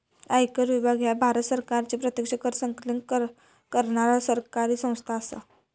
आयकर विभाग ह्या भारत सरकारची प्रत्यक्ष कर संकलन करणारा सरकारी संस्था असा